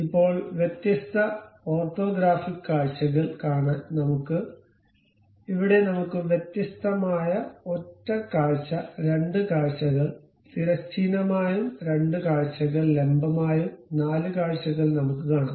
ഇപ്പോൾ വ്യത്യസ്ത ഓർത്തോഗ്രാഫിക് കാഴ്ചകൾ കാണാൻ നമ്മുക്ക് ഇവിടെ നമുക്ക് വ്യത്യസ്തമായ ഒറ്റ കാഴ്ച രണ്ട് കാഴ്ചകൾ തിരശ്ചീനമായും രണ്ട് കാഴ്ചകൾ ലംബമായും നാല് കാഴ്ചകൾ നമ്മുക്ക് കാണാം